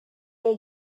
they